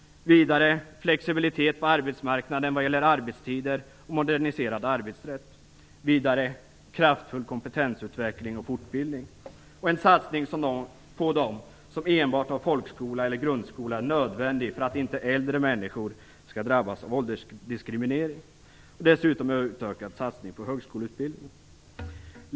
Vidare bör man satsa på flexibilitet på arbetsmarknaden vad gäller arbetstider och moderniserad arbetsrätt. Man bör också göra en kraftfull satsning på kompetensutveckling och fortbildning. En satsning på dem som har enbart folkskola eller grundskola är nödvändig för att inte äldre människor skall drabbas av åldersdiskriminering. En ökad satsning bör också göras på högskoleutbildning.